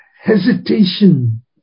hesitation